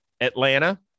Atlanta